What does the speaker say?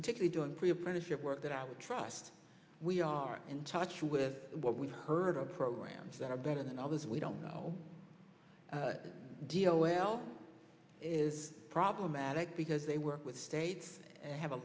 particular doing pre print of your work that i would trust we are in touch with what we've heard of programs that are better than others we don't know the deal well is problematic because they work with states and have a